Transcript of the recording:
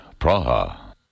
Praha